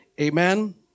amen